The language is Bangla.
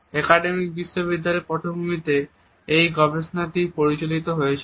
একাডেমিক বিশ্ববিদ্যালয় পটভূমিতে এই গবেষণাটি পরিচালিত হয়েছিল